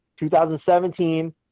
2017